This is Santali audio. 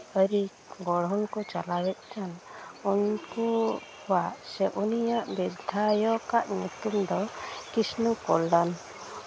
ᱟᱹᱨᱤ ᱜᱚᱲᱦᱚᱱ ᱠᱚ ᱪᱟᱞᱟᱣᱮᱫ ᱠᱟᱱ ᱩᱱᱠᱩᱣᱟᱜ ᱥᱮ ᱩᱱᱤᱭᱟᱜ ᱵᱤᱫᱷᱟᱭᱚᱠ ᱟᱜ ᱧᱩᱛᱩᱢ ᱫᱚ ᱠᱨᱤᱥᱱᱚ ᱠᱚᱞᱞᱟᱱ